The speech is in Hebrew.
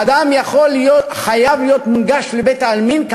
אדם חייב שבית-העלמין יהיה מונגש,